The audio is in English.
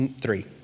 three